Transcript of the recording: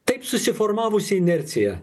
taip susiformavusi inercija